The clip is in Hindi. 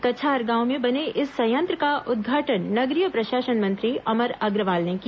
कछार गांव में बने इस संयंत्र का उद्घाटन नगरीय प्रशासन मंत्री अमर अग्रवाल ने किया